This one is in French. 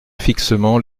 fixement